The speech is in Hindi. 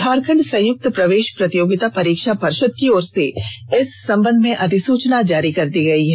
झारखंड संयुक्त प्रवेश प्रतियोगिता परीक्षा पर्षद की ओर से इस संबंध में अधिसूचना जारी कर दी गई है